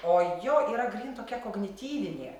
o jo yra gryn tokia kognityvinė